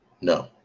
No